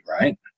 right